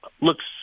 Looks